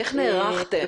איך נערכתם?